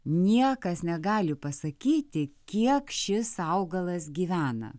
niekas negali pasakyti kiek šis augalas gyvena